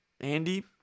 Andy